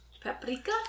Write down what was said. Paprika